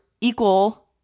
equal